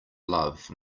love